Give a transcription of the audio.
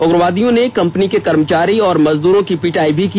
उग्रवादियों ने कंपनी के कर्मचारी और मजदूरों की पिटाई भी की